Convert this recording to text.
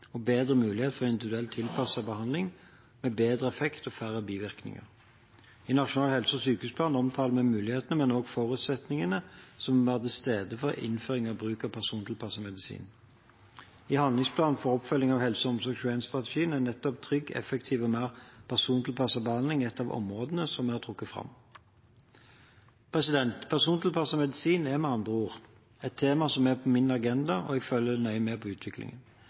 og bedre muligheter for individuelt tilpasset behandling med bedre effekt og færre bivirkninger. I Nasjonal helse- og sykehusplan omtaler vi mulighetene, men også forutsetningene som må være til stede ved innføring og bruk av persontilpasset medisin. I handlingsplanen for oppfølging av HelseOmsorg2l-strategien er nettopp «trygg, effektiv og mer persontilpasset behandling» et av områdene vi har trukket fram. Persontilpasset medisin er med andre ord et tema som er på min agenda, og jeg følger nøye med på utviklingen.